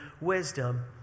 wisdom